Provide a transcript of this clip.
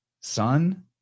son